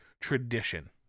tradition